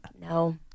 No